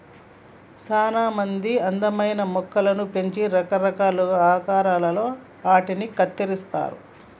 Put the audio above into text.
సానా మంది అందమైన మొక్కలు పెంచి రకరకాలుగా ఆకారాలలో ఆటిని కత్తిరిస్తారు